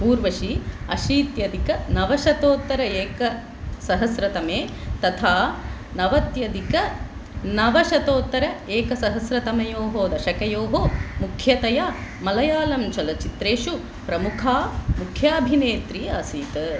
ऊर्वशी अशीत्यधिकनवशतोत्तर एकसहस्रतमे तथा नवत्यधिकनवशतोत्तर एकसहस्रतमयोः दशकयोः मुख्यतया मलयालं चलच्चित्रेषु प्रमुखा मुख्याभिनेत्री आसीत्